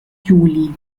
juli